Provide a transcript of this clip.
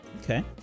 Okay